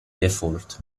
default